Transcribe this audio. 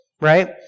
right